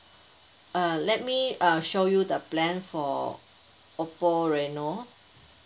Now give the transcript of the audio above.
err let me err show you the plan for oppo reno